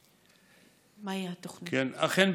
אכן,